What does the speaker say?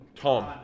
Tom